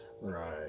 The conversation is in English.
Right